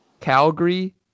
Calgary